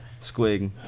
Squig